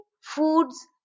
foods